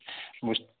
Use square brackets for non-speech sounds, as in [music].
[unintelligible]